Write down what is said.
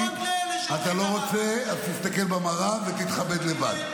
אתה לא רוצה, אז תסתכל במראה, ותתכבד לבד.